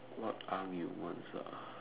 what arm he wants uh